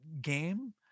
game